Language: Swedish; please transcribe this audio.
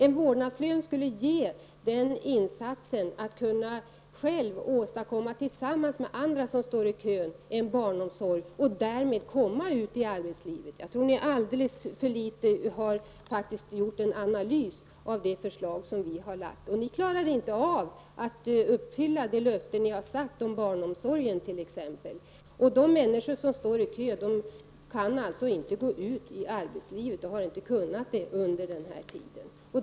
En vårdnadslön skulle innebära att en förälder tillsammans med andra föräldrar som står i kö skulle kunna åstadkomma barnomsorg och därmed komma ut i arbetslivet. Jag tror att ni har försökt alldeles för litet att göra en analys av det förslag som vi har lagt fram. Ni klarar inte av att uppfylla de löften ni har givit om barnomsorgen. De människor som står i kö har alltså inte kunnat gå ut i arbetslivet under den här tiden.